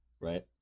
right